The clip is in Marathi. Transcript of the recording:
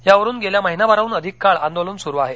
यावरून गेल्या महिनाभराहून अधिक काळ आंदोलन सुरू आहे